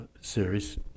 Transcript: series